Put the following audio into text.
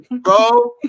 bro